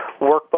Workbook